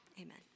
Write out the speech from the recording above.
Amen